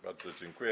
Bardzo dziękuję.